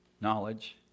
knowledge